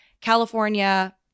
California